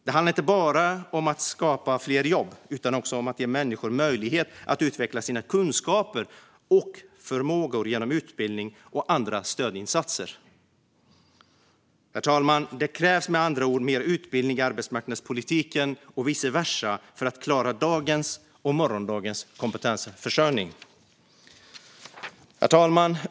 Det handlar inte bara om att skapa fler jobb utan också om att ge människor möjlighet att utveckla sina kunskaper och förmågor genom utbildning och andra stödinsatser. Herr talman! Det krävs med andra ord mer utbildning i arbetsmarknadspolitiken och vice versa för att klara dagens och morgondagens kompetensförsörjning. Herr talman!